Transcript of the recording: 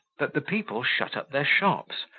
that the people shut up their shops,